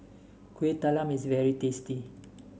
Kueh Talam is very tasty